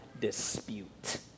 dispute